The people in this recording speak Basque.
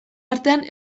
artean